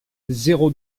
zéro